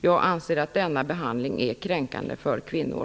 Jag anser att denna behandling är kränkande för kvinnor.